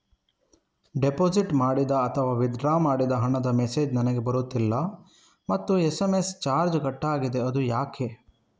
Deposit ಮಾಡಿದ ಅಥವಾ withdraw ಮಾಡಿದ ಹಣದ ಮೆಸೇಜ್ ನನಗೆ ಬರುತ್ತಿಲ್ಲ ಮತ್ತು ಎಸ್.ಎಂ.ಎಸ್ ಚಾರ್ಜ್ ಕಟ್ಟಾಗಿದೆ ಅದು ಯಾಕೆ?